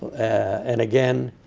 and again,